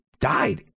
died